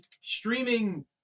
streaming